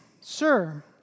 Sir